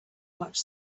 much